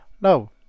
No